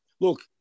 Look